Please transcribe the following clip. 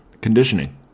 conditioning